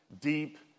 deep